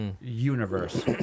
universe